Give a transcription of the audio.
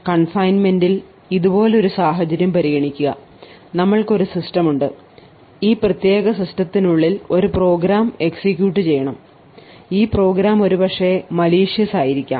confinement ൽ ഇതുപോലെ ഒരു സാഹചര്യം പരിഗണിക്കുക നമ്മൾക്കു ഒരു സിസ്റ്റം ഉണ്ട് ഈ പ്രത്യേക സിസ്റ്റത്തിനുള്ളിൽ ഒരു പ്രോഗ്രാം എക്സിക്യൂട്ട് ചെയ്യണം ഈ പ്രോഗ്രാം ഒരുപക്ഷെ malicious ആയിരിക്കാം